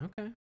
Okay